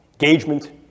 engagement